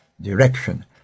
direction